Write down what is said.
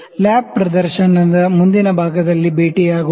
lab ಪ್ರದರ್ಶನದ ಮುಂದಿನ ಭಾಗದಲ್ಲಿ ಭೇಟಿಯಾಗೋಣ